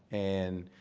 and